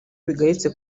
bigayitse